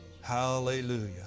Hallelujah